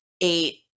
eight